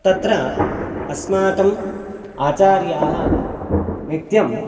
तत्र अस्माकम् आचार्याः नित्यं